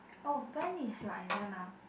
oh when is your exam ah